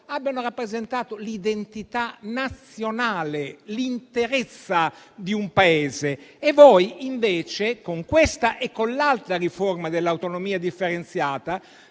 di provenienza, l'identità nazionale, l'interezza di un Paese. Voi, invece, con questa e con l'altra riforma dell'autonomia differenziata,